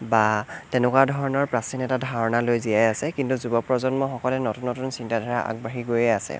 বা তেনেকুৱা ধৰণৰ প্ৰাচীন এটা ধাৰণা লৈ জীয়াই আছে কিন্তু যুৱপ্ৰজন্মৰসকলে নতুন নতুন চিন্তাধাৰা আগবাঢ়ি গৈয়ে আছে